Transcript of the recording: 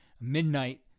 midnight